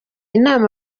inama